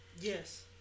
yes